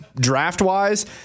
draft-wise